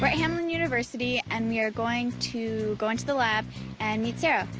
but hamline university and we are going to go into the lab and meet sarah.